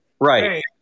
Right